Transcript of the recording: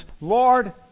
Lord